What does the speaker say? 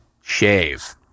shave